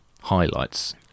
highlights